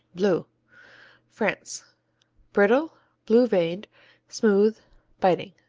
bleu france brittle blue-veined smooth biting.